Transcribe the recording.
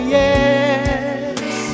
yes